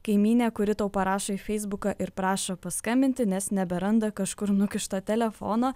kaimynė kuri tau parašo į feisbuką ir prašo paskambinti nes neberanda kažkur nukišto telefono